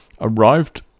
arrived